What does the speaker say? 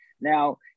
Now